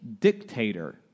dictator